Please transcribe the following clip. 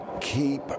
keep